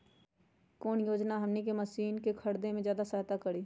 कौन योजना हमनी के मशीन के खरीद में ज्यादा सहायता करी?